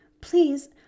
please